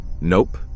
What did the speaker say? Nope